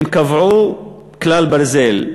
הם קבעו כלל ברזל,